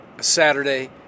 Saturday